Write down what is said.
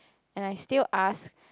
and I still ask